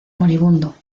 moribundo